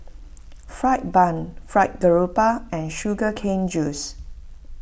Fried Bun Fried Garoupa and Sugar Cane Juice